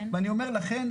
ואני אומר לכם,